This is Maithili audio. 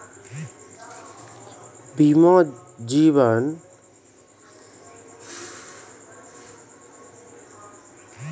जीवन बीमा एगो लिखित करार होय छै जे कि कोनो आदमी, बीमाधारी आरु बीमा दै बाला के बीचो मे करलो जाय छै